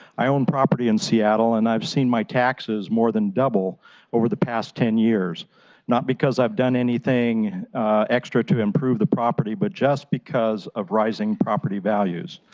i own property in seattle and i've seen my taxes more than double over the past ten years not because i've done anything extra to improve the property, but because of rising property values.